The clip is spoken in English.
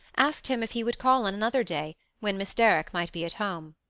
asked him if he would call on another day, when miss derrick might be at home.